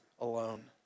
alone